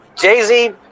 Jay-Z